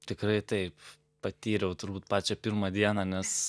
tikrai taip patyriau turbūt pačią pirmą dieną nes